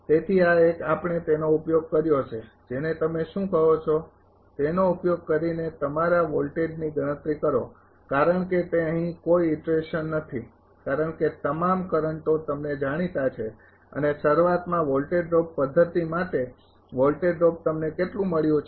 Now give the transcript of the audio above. તેથી આ એક આપણે તેનો ઉપયોગ કર્યો છે જેને તમે શું કહો છો તેનો ઉપયોગ કરીને તમારા વોલ્ટેજની ગણતરી કરો કારણ કે તે અહીં કોઈ ઈટરેશન નથી કારણ કે તમામ કરંટો તમને જાણીતા છે અને શરૂઆતમાં વોલ્ટેજ ડ્રોપ પદ્ધતિ માટે વોલ્ટેજ ડ્રોપ તમને કેટલું મળ્યું છે